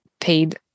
paid